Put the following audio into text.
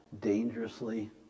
dangerously